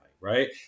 Right